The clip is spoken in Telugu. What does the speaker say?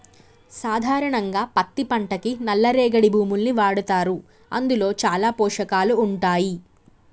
సాధారణంగా పత్తి పంటకి నల్ల రేగడి భూముల్ని వాడతారు అందులో చాలా పోషకాలు ఉంటాయి